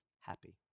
happy